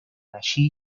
allí